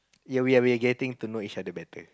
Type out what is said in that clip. ya we're getting to merge other better